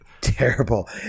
Terrible